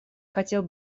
хотел